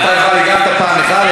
כבר הגבת פעם אחת,